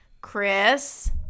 Chris